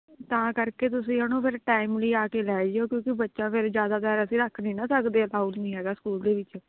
ਤਾਂ ਕਰਕੇ ਤੁਸੀਂ ਉਹਨੂੰ ਫਿਰ ਟਾਈਮਲੀ ਆ ਕੇ ਲੈ ਜਿਓ ਕਿਉਂਕਿ ਬੱਚਾ ਫਿਰ ਜ਼ਿਆਦਾਤਰ ਅਸੀਂ ਰੱਖ ਨਹੀਂ ਨਾ ਸਕਦੇ ਅਲਾਉਡ ਨਹੀਂ ਹੈਗਾ ਸਕੂਲ ਦੇ ਵਿੱਚ